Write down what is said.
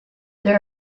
there